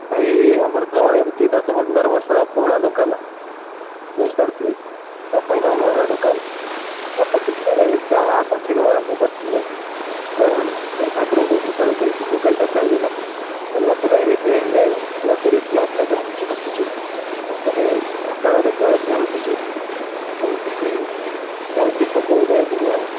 ଭାଇ ଆମର ତ ଏମିତି ଦଶ ପନ୍ଦର ବର୍ଷର ପୁରୁଣା ଦୋକାନ ଜାଣି ପାରୁଥିବେ ବାପାଙ୍କ ଅମଳର ଦୋକାନ ବାପା ସେତେବେଳେ ଚାହା କଫିରୁ ଆରମ୍ଭ କରିଥିଲେ ତ ଏଇ ଠାକୁରଙ୍କ କୃପାରୁ ସେମିତି ଦୋକାନଟା ଚାଲିଲା ହେଲା ପରେ ଏବେ ଆମେ ନୂଆ କରି ସ୍ନାକ୍ ଆଇଟମ ରଖୁଛୁ ତାପରେ ସକାଳର ଜଳଖିଆ ରଖୁଚୁ ଏମିତି କି ଚାଲିଛି ଠାକୁରଙ୍କ ଦୟାରୁ ଆଉ